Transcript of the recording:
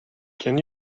can